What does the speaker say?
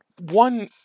one